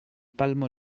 palmo